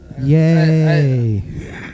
Yay